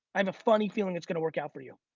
i have a funny feeling it's gonna work out for you.